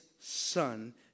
son